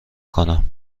کنم